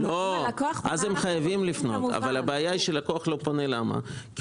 אם הלקוח פונה, אנחנו בודקים כמובן.